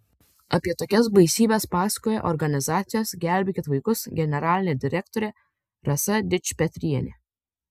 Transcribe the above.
apie tokias baisybes pasakoja organizacijos gelbėkit vaikus generalinė direktorė rasa dičpetrienė